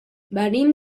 venim